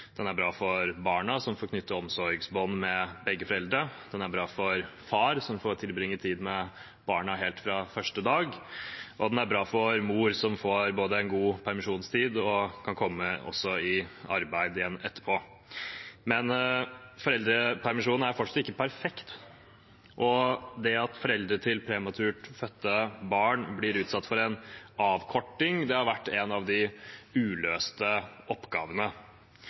Den er bra for barna, som får knytte omsorgsbånd med begge foreldre, den er bra for far, som får tilbringe tid med barna helt fra første dag, og den er bra for mor, som både får en god permisjonstid og kan komme i arbeid igjen etterpå. Men foreldrepermisjonen er fortsatt ikke perfekt. Og det at foreldre til prematurt fødte barn blir utsatt for en avkorting, har vært en av de uløste oppgavene.